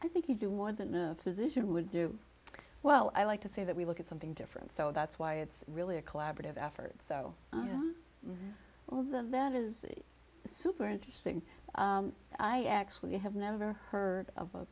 i think you do more than a physician would do well i like to say that we look at something different so that's why it's really a collaborative effort so all of that is super interesting i actually have never heard of a